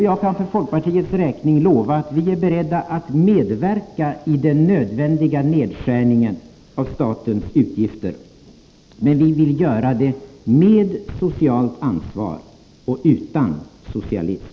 Jag kan för folkpartiets räkning lova, att vi är beredda att medverka i den nödvändiga nedskärningen av statens utgifter, men vi vill göra det med socialt ansvar och utan socialism.